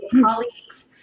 colleagues